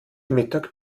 mittag